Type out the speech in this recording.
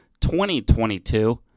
2022